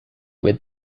with